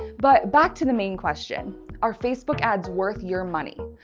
but back to the main question are facebook ads worth your money?